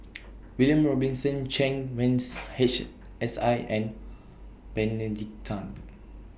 William Robinson Chen Wens Hsi and Benedict Tan